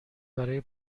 برای